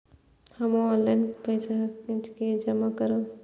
हमू ऑनलाईनपेसा के जमा करब?